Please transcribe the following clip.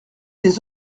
des